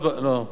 לא.